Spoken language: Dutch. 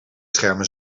schermen